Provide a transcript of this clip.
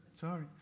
Sorry